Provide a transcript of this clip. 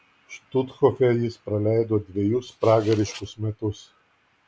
štuthofe jis praleido dvejus pragariškus metus